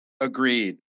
Agreed